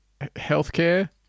healthcare